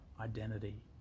identity